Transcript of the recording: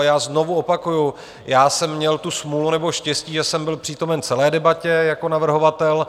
A já znovu opakuju, já jsem měl tu smůlu, nebo štěstí, že jsem byl přítomen celé debatě jako navrhovatel.